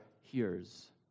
hears